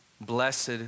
Blessed